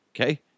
Okay